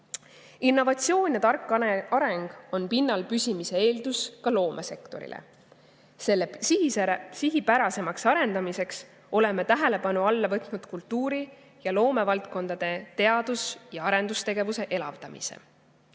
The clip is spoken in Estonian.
Innovatsioon ja tark areng on pinnal püsimise eeldus ka loomesektorile. Selle sihipärasemaks arendamiseks oleme tähelepanu alla võtnud kultuuri- ja loomevaldkondade teadus- ja arendustegevuse elavdamise.